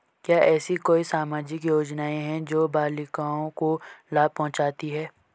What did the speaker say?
क्या ऐसी कोई सामाजिक योजनाएँ हैं जो बालिकाओं को लाभ पहुँचाती हैं?